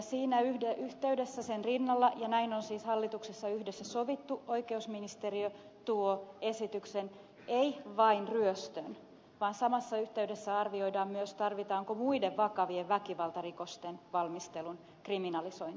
siinä yhteydessä ja sen rinnalla ja näin on siis hallituksessa yhdessä sovittu oikeusministeriö tuo esityksen ei vain ryöstön valmistelusta vaan samassa yhteydessä arvioidaan tarvitaanko myös muiden vakavien väkivaltarikosten valmistelun kriminalisointia